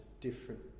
different